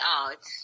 out